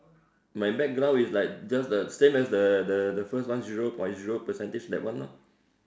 my background is like just the same as the the first one zero point zero percentage that one lor